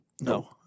No